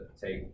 take